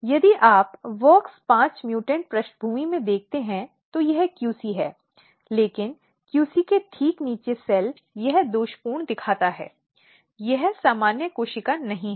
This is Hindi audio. यदि आप wox5 म्यूटेंट पृष्ठभूमि में देखते हैं तो यह QC है लेकिन QC के ठीक नीचे सेल यह दोषपूर्ण दिखता है यह सामान्य कोशिका नहीं है